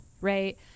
right